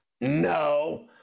No